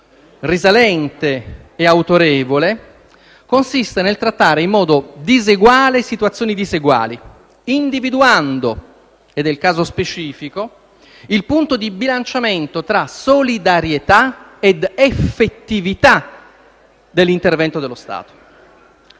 risalente e autorevole, consiste nel trattare in modo diseguale situazioni diseguali, individuando, nel caso specifico, il punto di bilanciamento tra solidarietà ed effettività dell'intervento dello Stato.